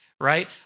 right